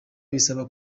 bisaba